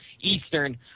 eastern